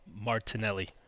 Martinelli